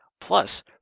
plus